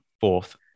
Fourth